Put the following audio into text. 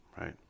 right